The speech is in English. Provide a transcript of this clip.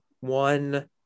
one